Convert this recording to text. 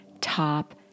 top